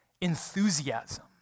enthusiasm